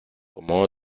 como